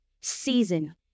season